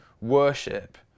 worship